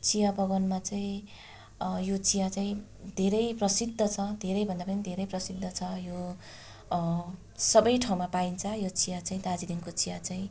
चिया बगानमा चाहिँ यो चिया चाहिँ धेरै प्रसिद्ध छ धेरैभन्दा पनि धेरै प्रसिद्ध छ यो सबै ठाउँमा पाइन्छ यो चिया चाहिँ दार्जिलिङको चिया चाहिँ